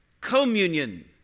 communion